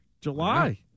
July